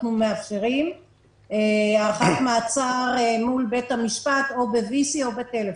אנחנו מאפשרים הארכת מעצר מול בית המשפט ב-VC או בטלפון.